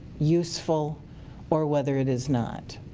useful or whether it is not.